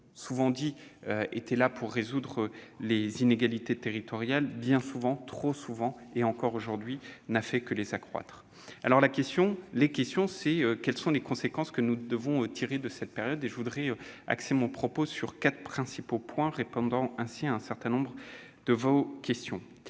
souvent dit, était là pour résoudre les inégalités territoriales, bien souvent, trop souvent, et encore aujourd'hui, n'a fait que les accroître. Quelles sont les conséquences que nous devons tirer de cette période ? Je voudrais axer mon propos sur quatre principaux points, répondant ainsi à un certain nombre de vos questions.